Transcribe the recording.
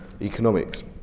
economics